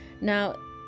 Now